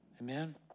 Amen